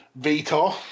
Vitor